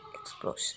explosion